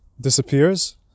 disappears